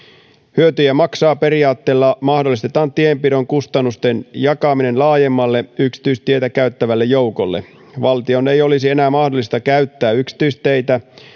hyötyjä maksaa periaatteella mahdollistetaan tienpidon kustannusten jakaminen laajemmalle yksityistietä käyttävälle joukolle valtion ei olisi enää mahdollista käyttää yksityisteitä